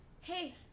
Hey